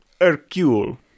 Hercule